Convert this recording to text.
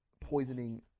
poisoning